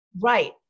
Right